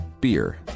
beer